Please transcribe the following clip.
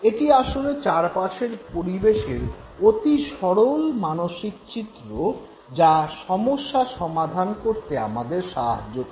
এটি আসলে চারপাশের পরিবেশের অতি সরল মানসিক চিত্র যা সমস্যা সমাধান করতে আমাদের সাহায্য করে